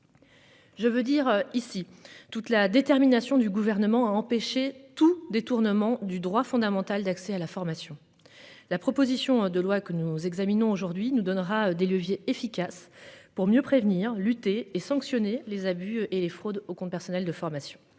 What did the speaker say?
Je veux dire ici toute la détermination du gouvernement à empêcher tout détournement du droit fondamental d'accès à la formation, la proposition de loi que nous examinons aujourd'hui nous donnera des leviers efficaces pour mieux prévenir lutter et sanctionner les abus et les fraudes au compte personnel de formation.